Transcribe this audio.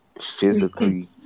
physically